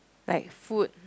like food